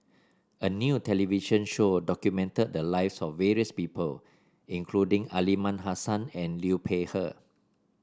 a new television show documented the lives of various people including Aliman Hassan and Liu Peihe